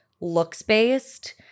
looks-based